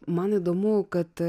man įdomu kad